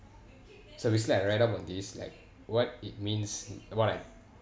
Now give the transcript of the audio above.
so recently I read up on this like what it means what I